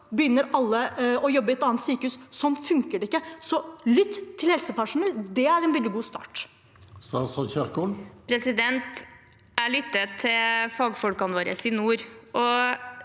begynner alle å jobbe på et annet sykehus. Sånn funker det ikke. Så lytt til helsepersonell – det er en veldig god start. Statsråd Ingvild Kjerkol Jeg lytter til fagfolkene våre i nord.